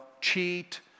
cheat